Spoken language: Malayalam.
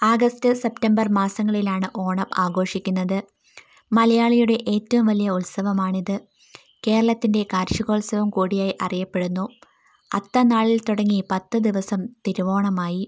ആഗസ്റ്റ് സെപ്റ്റംബർ മാസങ്ങളിലാണ് ഓണം ആഘോഷിക്കുന്നത് മലയാളിയുടെ ഏറ്റവും വലിയ ഉത്സവമാണിത് കേരളത്തിൻ്റെ കാർഷികോത്സവം കൂടിയായി അറിയപ്പെടുന്നു അത്തം നാളിൽത്തുടങ്ങി പത്തു ദിവസം തിരുവോണമായി